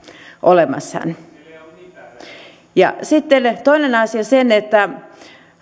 olemassa sitten toinen asia on se että